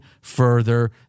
further